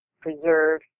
preserve